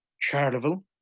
Charleville